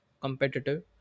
competitive